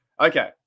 Okay